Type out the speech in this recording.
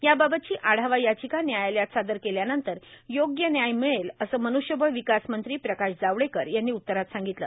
याबाबतची आढावा याचिका न्यायालयात सादर केल्यानंतर योग्य न्याय मिळेल असं मन्ष्यबळ विकास मंत्री प्रकाश जावडेकर यांनी उत्तरात सांगितलं